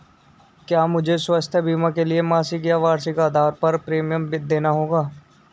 क्या मुझे स्वास्थ्य बीमा के लिए मासिक या वार्षिक आधार पर प्रीमियम देना होगा?